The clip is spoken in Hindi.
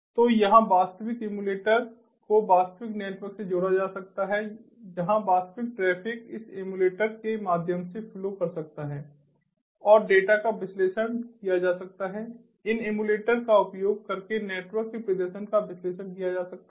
तो यहां वास्तविक एमुलेटर को वास्तविक नेटवर्क से जोड़ा जा सकता है जहां वास्तविक ट्रैफिक इस एमुलेटर के माध्यम से फ्लो कर सकता है और डेटा का विश्लेषण किया जा सकता है इन एमुलेटर का उपयोग करके नेटवर्क के प्रदर्शन का विश्लेषण किया जा सकता है